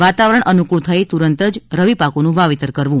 વાતાવરણ અનુકુળ થયે તુરત જ રવિપાકોનું વાવેતર કરવું